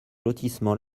lotissement